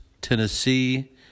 Tennessee